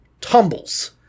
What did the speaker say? tumbles